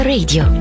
Radio